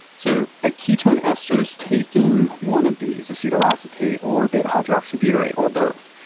so a ketone ester is taking one of these, acetoacetate or beta hydroxybutyrate or both,